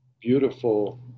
beautiful